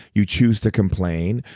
you choose to complain.